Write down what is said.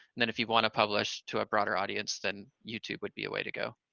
then if you want to publish to a broader audience, then youtube would be a way to go.